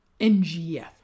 ngf